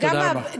תודה רבה.